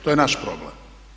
To je naš problem.